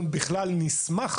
אנחנו נשמח